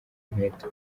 nkweto